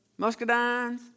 Muscadines